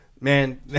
man